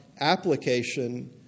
application